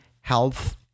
health